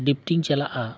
ᱰᱤᱯᱴᱤᱧ ᱪᱟᱞᱟᱜᱼᱟ